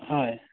হয়